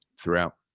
throughout